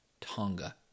Tonga